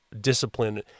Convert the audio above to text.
discipline